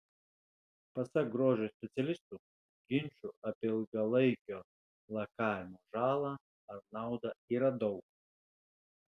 pasak grožio specialistų ginčų apie ilgalaikio lakavimo žalą ar naudą yra daug